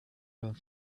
and